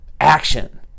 Action